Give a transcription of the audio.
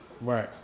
Right